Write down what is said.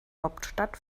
hauptstadt